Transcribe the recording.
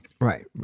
Right